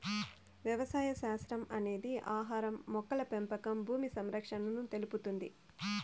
వ్యవసాయ శాస్త్రం అనేది ఆహారం, మొక్కల పెంపకం భూమి సంరక్షణను తెలుపుతుంది